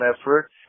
effort